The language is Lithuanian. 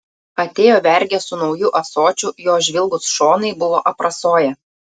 atėjo vergė su nauju ąsočiu jo žvilgūs šonai buvo aprasoję